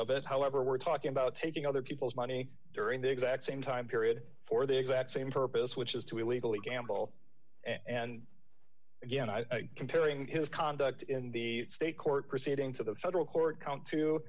it however we're talking about taking other people's money during the exact same time period for the exact same purpose which is to illegally gamble and comparing his conduct in the state court proceeding to the federal court count t